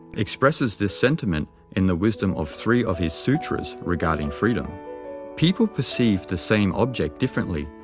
expresses this sentiment in the wisdom of three of his sutras regarding freedom people perceive the same object differently,